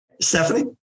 Stephanie